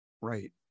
right